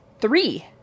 Three